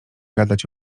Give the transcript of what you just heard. gadać